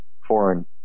foreign